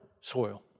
soil